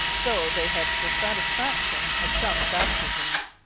though they had the satisfaction of some baptisms.